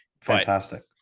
Fantastic